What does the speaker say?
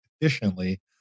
efficiently